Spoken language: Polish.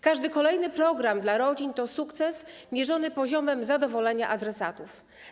Każdy kolejny program dla rodzin to sukces mierzony poziomem zadowolenia adresatów.